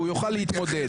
הוא יוכל להתמודד.